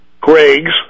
Greg's